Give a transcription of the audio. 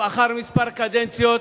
לאחר כמה קדנציות,